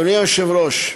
אדוני היושב-ראש,